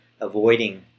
avoiding